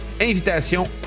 invitation